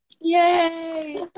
Yay